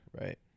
Right